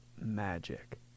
magic